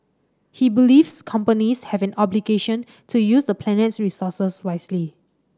he believes companies have an obligation to use the planet's resources wisely